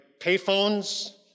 payphones